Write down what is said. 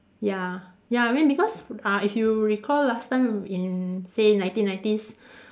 ya ya I mean because uh if recall last time in say nineteen nineties